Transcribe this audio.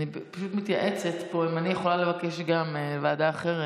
אני פשוט מתייעצת פה אם אני יכולה לבקש גם ועדה אחרת.